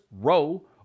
row